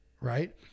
right